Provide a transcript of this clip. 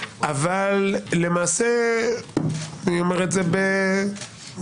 אבל למעשה ואני אומר את זה בעדינות,